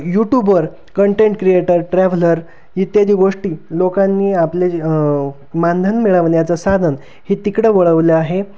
यूटूबवर content creator traveller इत्यादी गोष्टी लोकांनी आपले जे मानधन मिळवण्याचं साधन हे तिकडं वळवलं आहे